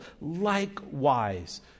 Likewise